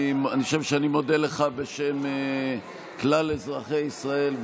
אני חושב שאני מודה לך בשם כלל אזרחי ישראל,